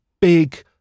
big